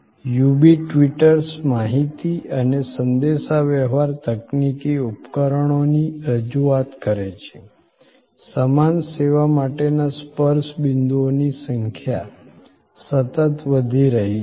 UB ટ્વિટર્સ માહિતી અને સંદેશાવ્યવહાર તકનીકી ઉપકરણોની રજૂઆત કરે છે સમાન સેવા માટેના સ્પર્શ બિન્દુઓની સંખ્યા સતત વધી રહી છે